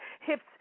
hips